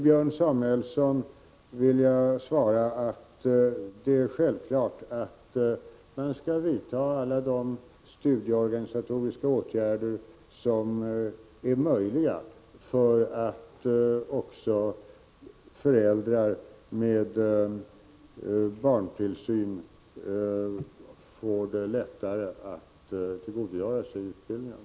Björn Samuelson vill jag svara att det är självklart att man skall vidta alla de studieorganisatoriska åtgärder som är möjliga för att också föräldrar med barntillsyn skall få det lättare att tillgodogöra sig utbildningen.